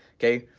okay.